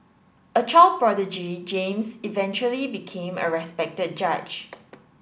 a child prodigy James eventually became a respected judge